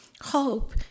Hope